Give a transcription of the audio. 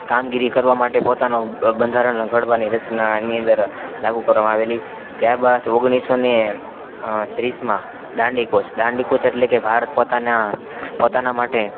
કામગીરી કરવાં માટે પોતાનો બંધારણ ઘડવાની રચના એની અંદર લાગુ કરવામાં આવેલી ત્યાર બાદ ઓગણીસસો ને ત્રીસમાં દાંડી કૂચ દાંડી કૂચ એટલે કે ભારત પોતાનાં પોતાનાં માટે